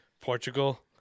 Portugal